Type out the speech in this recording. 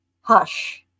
Hush